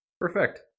Perfect